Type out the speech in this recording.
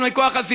הוא